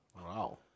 Wow